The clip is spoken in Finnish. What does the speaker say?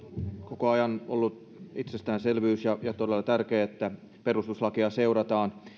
koko ajan ollut itsestäänselvyys ja ja todella tärkeää että perustuslakia seurataan